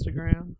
Instagram